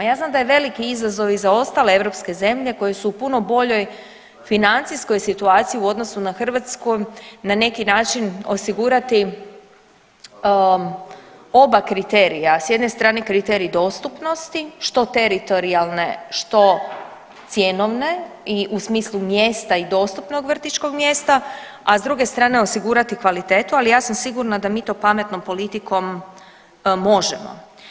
Ja znam da je veliki izazov i za ostale europske zemlje koje su u puno boljoj financijskoj situaciji u odnosu na Hrvatsku na neki način osigurati oba kriterija, s jedne strane kriterij dostupnosti što teritorijalne što cjenovne i u smislu mjesta i dostupnog vrtićkog mjesta, a s druge strane osigurati kvalitetu, ali ja sam sigurna da mi to pametnom politikom možemo.